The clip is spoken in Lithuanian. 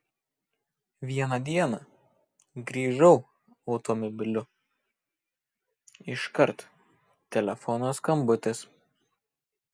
vieną dieną grįžau automobiliu iškart telefono skambutis